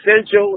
essential